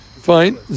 Fine